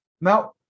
Now